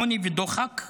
עוני ודוחק,